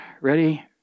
ready